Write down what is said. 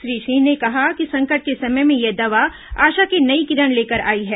श्री सिंह ने कहा कि संकट के समय में यह दवा आशा की नई किरण लेकर आई है